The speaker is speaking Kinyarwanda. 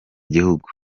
gihugu